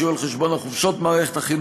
החופשה יהיו על חשבון החופשות במערכת החינוך,